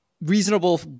reasonable